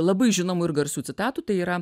labai žinomų ir garsų citatų tai yra